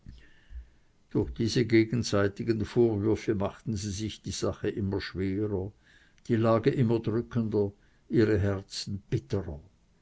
durch diese gegenseitigen vorwürfe machten sie sich die sache immer schwerer die lage immer drückender ihre herzen bitterer